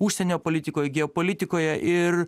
užsienio politikoj geopolitikoje ir